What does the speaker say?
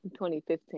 2015